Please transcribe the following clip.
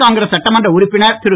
காங்கிரஸ் சட்டமன்ற உறுப்பினர் திரு